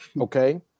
Okay